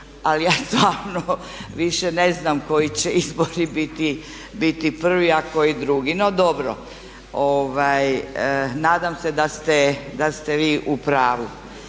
Ali ja stvarno ne znam više koji će izbori biti prvi a koji drugi. No dobro. Nadam se da ste vi u pravu.